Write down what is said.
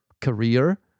career